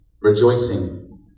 rejoicing